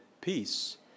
Peace